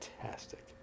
fantastic